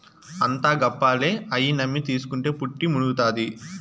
అంతా గప్పాలే, అయ్యి నమ్మి తీస్కుంటే పుట్టి మునుగుతాది